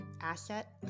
asset